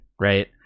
right